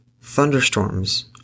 Thunderstorms